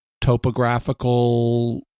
topographical